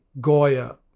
Goya